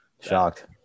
Shocked